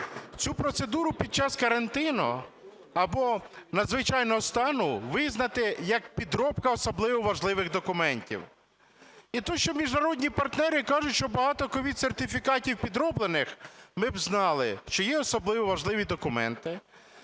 Цю процедуру під час карантину або надзвичайного стану визнати як підробка особливо важливих документів. І тут ще міжнародні партнери кажуть, що багато COVID-сертифікатів підроблених, ми б знали, що є особливо важливі документи,